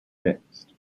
fixed